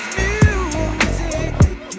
music